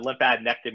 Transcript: lymphadenectomy